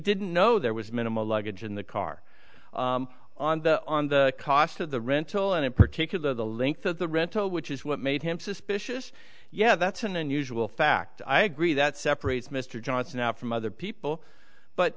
didn't know there was minimal luggage in the car on the on the cost of the rental and in particular the length of the rental which is what made him suspicious yeah that's an unusual fact i agree that separates mr johnson out from other people but